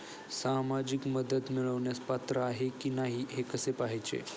सामाजिक मदत मिळवण्यास पात्र आहे की नाही हे कसे पाहायचे?